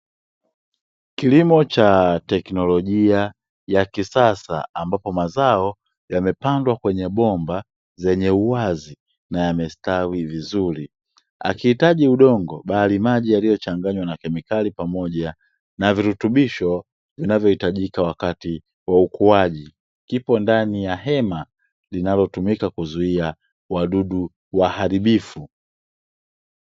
Kilimo cha teknologia ya kisasa, ambapo mazao yamepandwa kwenye bomba zenye uwazi na yamestawi vizuri, akihitaji udongo, bali maji yaliyochanganywa na kemikali pamoja na virutubisho vinavyohitajika wakati wa ukuaji, kipo ndani ya hema linalotumika kuzuia wadudu waharibifu.